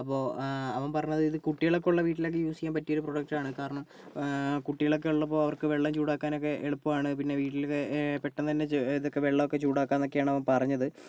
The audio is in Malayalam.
അപ്പോൾ അവൻ പറഞ്ഞത് ഇത് കുട്ടികളൊക്കെ ഉള്ള വീട്ടില് യൂസ് ചെയ്യാൻ പറ്റിയ പ്രോഡക്റ്റാണ് കാരണം കുട്ടികളൊക്കെ ഉള്ളപ്പോൾ അവർക്ക് വെള്ളം ചൂടാക്കാൻ ഒക്കെ എളുപ്പമാണ് പിന്നെ വീട്ടിൽ പെട്ടെന്നൊക്കെ ഇതൊക്കെ വെള്ളമൊക്കെ ചൂടാക്കാം എന്നൊക്കെയാണ് അവൻ പറഞ്ഞത്